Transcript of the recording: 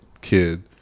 kid